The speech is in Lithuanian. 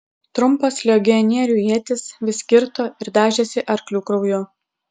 trumpos legionierių ietys vis kirto ir dažėsi arklių krauju